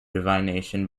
divination